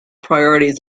priorities